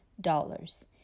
dollars